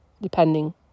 depending